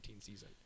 season